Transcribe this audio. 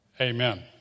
Amen